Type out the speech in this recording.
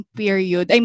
period